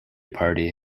party